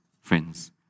friends